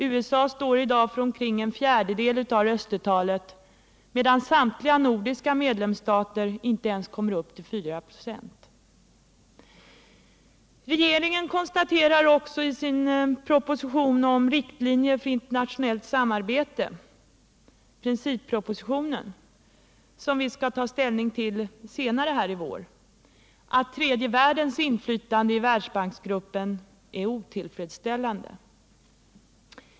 USA står i dag för omkring en fjärdedel av röstetalet medan samtliga nordiska medlemsstater inte ens kommer upp till 4 96. Regeringen konstaterar också i sin proposition om riktlinjer för internationellt samarbete — princippropositionen, som vi skall ta ställning till senare i vår — att tredje världens inflytande i Världsbanksgruppen är otillfredsställande.